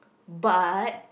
but